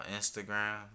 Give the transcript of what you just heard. Instagram